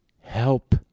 Help